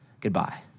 goodbye